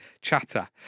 Chatter